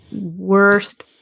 worst